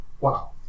wow